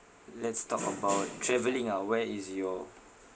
let's talk about travelling ah where is your